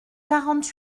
quarante